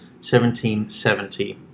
1770